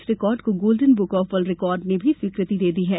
इस रिकार्ड को Golden Book of World Record में भी स्वीकृति दे दी है